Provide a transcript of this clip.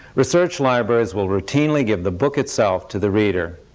research libraries will routinely give the book itself to the reader,